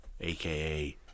aka